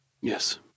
Yes